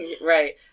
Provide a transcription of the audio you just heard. Right